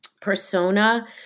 persona